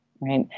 right